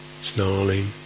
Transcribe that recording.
snarling